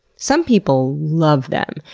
some people love them.